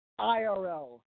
IRL